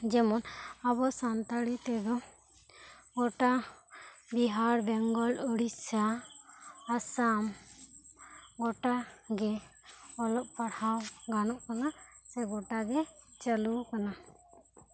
ᱡᱮᱢᱚᱱ ᱟᱵᱚ ᱥᱟᱱᱛᱟᱲᱤ ᱛᱮ ᱫᱚ ᱜᱚᱴᱟ ᱵᱤᱦᱟᱨ ᱵᱮᱜᱚᱞ ᱳᱰᱤᱥᱟ ᱟᱥᱟᱢ ᱜᱚᱴᱟ ᱜᱮ ᱚᱞᱚᱜ ᱯᱟᱲᱦᱟᱣ ᱜᱟᱱᱚᱜ ᱠᱟᱱᱟ ᱥᱮ ᱜᱚᱴᱟ ᱜᱮ ᱪᱟᱹᱞᱩ ᱟᱠᱟᱱᱟ